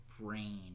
brain